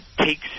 takes